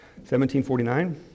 1749